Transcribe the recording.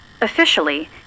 Officially